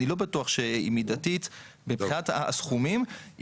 אני לא בטוח שהיא מידתית מבחינת הסכומים.